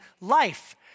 life